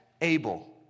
Abel